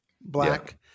black